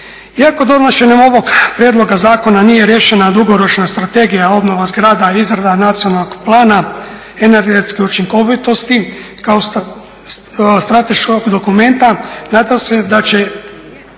Iako donošenjem ovog prijedloga zakona nije riješena dugoročna strategija obnova zgrada i izrada Nacionalnog plana energetske učinkovitosti kao strateškog dokumenta nadam se da će